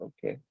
Okay